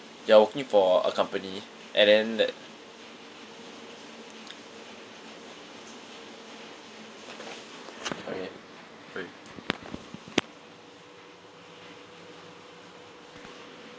you're working for a company and then that sorry wait